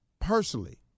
personally